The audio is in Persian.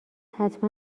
حتما